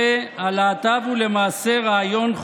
זה נשמע לי מילים שלך.